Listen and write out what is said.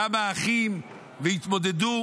כמה אחים, התמודדו